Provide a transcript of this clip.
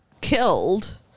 killed